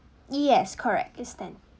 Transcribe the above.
yes correct it's ten